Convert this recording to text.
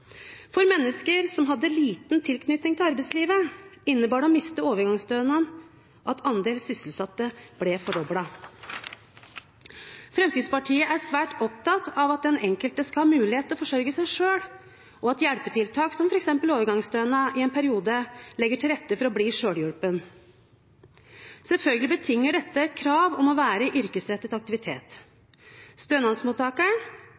For mennesker som hadde liten tilknytning til arbeidslivet, innebar det å miste overgangsstønaden at andelen sysselsatte ble fordoblet. Fremskrittspartiet er svært opptatt av at den enkelte skal ha mulighet til å forsørge seg selv, og at hjelpetiltak, som f.eks. overgangsstønad, i en periode legger til rette for at en kan bli selvhjulpet. Selvfølgelig betinger dette et krav om å være i yrkesrettet aktivitet.